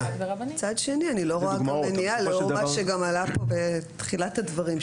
מצד שני אני לא רואה גם מניעה לאור מה שגם עלה פה בתחילת הדברים,